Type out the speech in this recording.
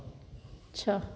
छह